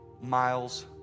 miles